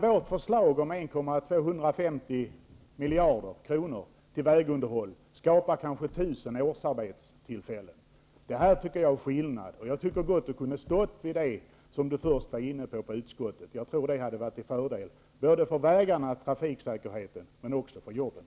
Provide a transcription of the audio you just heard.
Vårt förslag om 1 250 milj.kr. till vägunderhåll skapar däremot kanske 1 000 årsarbetstillfällen. Detta är skillnad. Jag tycker att Kenneth Attefors kunde ha stått fast vid det som han först var inne på i utskottet. Jag tror att det hade varit till fördel för vägarna, trafiksäkerheten och jobben.